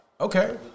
Okay